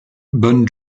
bon